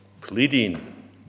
pleading